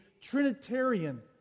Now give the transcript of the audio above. trinitarian